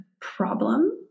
problem